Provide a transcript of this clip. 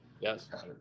yes